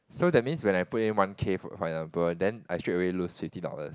so that means when I put in one K for for example then I straightaway lose fifty dollars